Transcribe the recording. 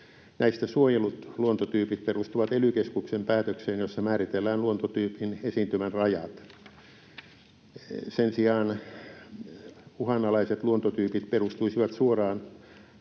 Näistä suojellut luontotyypit perustuvat ely-keskuksen päätökseen, jossa määritellään luontotyypin esiintymän rajat. Sen sijaan uhanalaiset luontotyypit perustuisivat suoraan